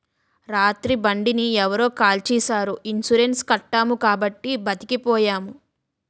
రాత్రి బండిని ఎవరో కాల్చీసారు ఇన్సూరెన్సు కట్టాము కాబట్టి బతికిపోయాము